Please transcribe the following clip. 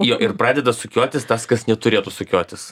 jo ir pradeda sukiotis tas kas neturėtų sukiotis